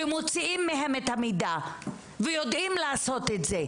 ומוציאים מהם את המידע ויודעים לעשות את זה.